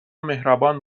مهربان